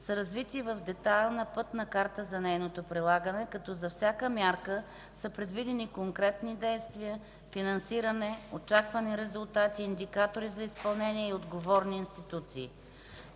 са развити в детайлна Пътна карта за нейното прилагане, като за всяка мярка са предвидени конкретни действия, финансиране, очаквани резултати, индикатори за изпълнение и отговорни институции.